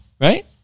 right